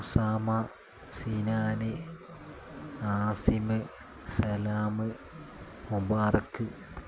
Usama Seenana Asim Salam Mubarak